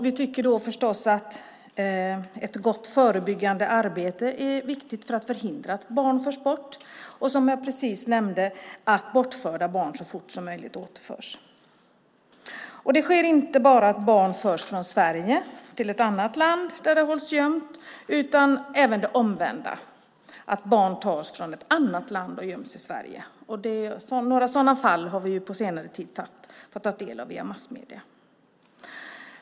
Vi tycker förstås att det är viktigt med ett gott förebyggande arbete för att förhindra att barn förs bort och, som jag precis nämnde, att bortförda barn så fort som möjligt kan återföras. Det sker inte bara att barn förs från Sverige till ett annat land där det hålls gömt, utan även det omvända, att barn tas från ett annat land och göms i Sverige. Några sådana fall har vi på senare tid fått ta del av via massmedierna.